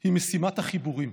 היא משימת החיבורים.